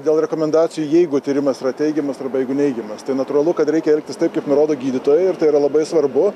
dėl rekomendacijų jeigu tyrimas yra teigiamas arba jeigu neigiamas tai natūralu kad reikia elgtis taip kaip nurodo gydytojai ir tai yra labai svarbu